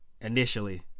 initially